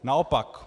Naopak.